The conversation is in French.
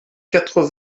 quatre